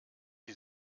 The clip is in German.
sie